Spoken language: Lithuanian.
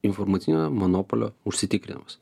informacinio monopolio užsitikrinimas